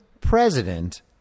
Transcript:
president